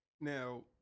now